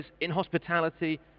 inhospitality